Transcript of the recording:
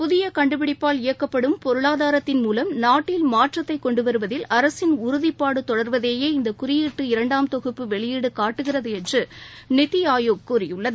புதியகண்டுபிடிப்பால் இயக்கப்படும் பொருளாதாரத்தின் மூலம் நாட்டில் மாற்றத்தைகொண்டுவருவதில் அரசின் உறுதிப்பாடுதொடர்வதையே இந்தகுறியீட்டு இரண்டாம் தொகுப்பு வெளியீடுகாட்டுகிறதுஎன்றுநித்திஆயோக் கூறியுள்ளது